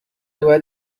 باید